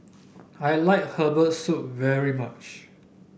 I like Herbal Soup very much